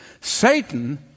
Satan